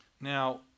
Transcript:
Now